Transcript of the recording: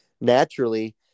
naturally